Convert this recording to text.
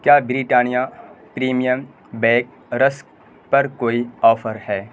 کیا Britannia premium bake rusk پر کوئی آفر ہے